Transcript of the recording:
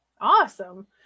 Awesome